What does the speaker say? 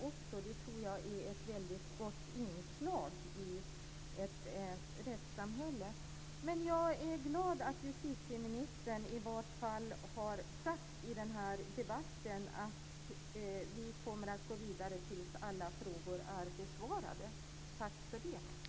Det är ett väldigt gott inslag i ett rättssamhälle. Jag är glad att justitieministern i debatten i vart fall har sagt att man kommer att gå vidare tills alla frågor är besvarade. Tack för det.